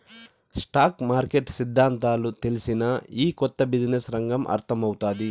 stock market సిద్దాంతాలు తెల్సినా, ఈ కొత్త బిజినెస్ రంగం అర్థమౌతాది